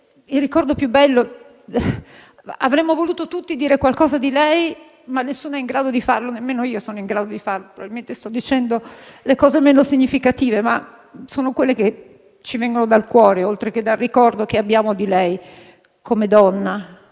casi. Tutti avremmo voluto dire qualcosa di lei, ma nessuno è in grado di farlo, nemmeno io: probabilmente sto dicendo le cose meno significative, ma sono quelle che ci vengono dal cuore, oltre che dal ricordo che abbiamo di lei, come donna,